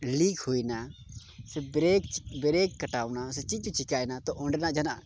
leak ᱦᱩᱭᱱᱟ ᱥᱮ brake ᱠᱟᱴᱟᱣᱱᱟ ᱪᱮᱫ ᱪᱚ ᱪᱤᱠᱟᱹᱭᱱᱟ ᱛᱳ ᱚᱸᱰᱮᱱᱟᱜ ᱡᱟᱦᱟᱱᱟᱜ